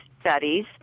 studies